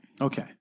Okay